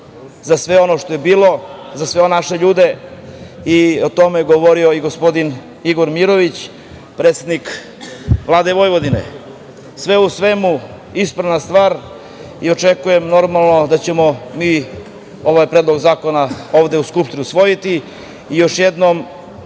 za sve ono što je bilo, za sve naše ljude i o tome je govorio gospodin Igor Mirović, predsednik Vlade Vojvodine. Sve u svemu, ispravna stvar i očekujem, normalno, da ćemo mi ovaj Predlog zakona ovde u Skupštini usvojiti. Još jednom,